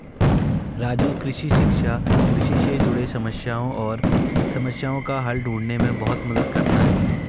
राजू कृषि शिक्षा कृषि से जुड़े समस्याएं और समस्याओं का हल ढूंढने में बहुत मदद करता है